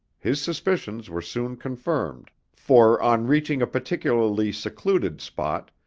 his suspicions were soon confirmed, for on reaching a particularly secluded spot,